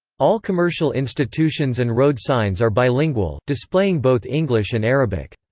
all commercial institutions and road signs are bilingual, displaying both english and arabic.